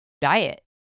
diet